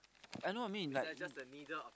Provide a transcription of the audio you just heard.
I know what you mean like